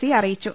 C അറിയിച്ചു